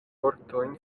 vortojn